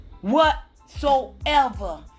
Whatsoever